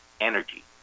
energy